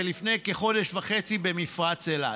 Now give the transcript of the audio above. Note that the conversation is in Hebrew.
ולפני כחודש וחצי במפרץ אילת.